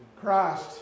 Christ